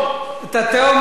את התאום הוא לא הביא,